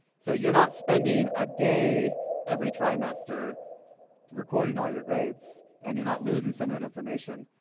so you're not spending a day every trimester recording all your grades and you're not losing some of that information.